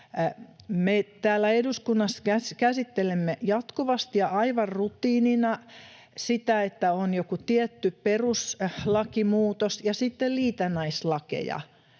Me täällä eduskunnassa käsittelemme jatkuvasti ja aivan rutiinina sitä, että on joku tietty peruslakimuutos ja sitten liitännäislakeja,